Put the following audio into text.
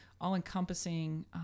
all-encompassing